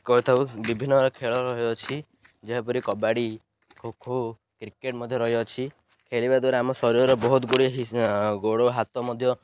କହିଥାଉ ବିଭିନ୍ନ ଖେଳ ରହିଅଛି ଯେପରି କବାଡ଼ି ଖୋଖୋ କ୍ରିକେଟ୍ ମଧ୍ୟ ରହିଅଛି ଖେଳିବା ଦ୍ୱାରା ଆମ ଶରୀର ବହୁତ ଗୁଡ଼ିଏ ଗୋଡ଼ ହାତ ମଧ୍ୟ